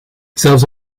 zelfs